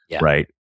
right